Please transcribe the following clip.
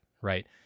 Right